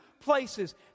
places